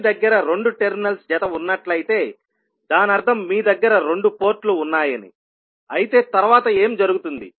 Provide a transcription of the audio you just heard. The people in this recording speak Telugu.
మీ దగ్గర రెండు టెర్మినల్స్ జత ఉన్నట్లయితే దానర్థం మీ దగ్గర రెండు పోర్టులు ఉన్నాయని అయితే తర్వాత ఏం జరుగుతుంది